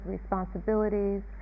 responsibilities